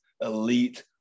elite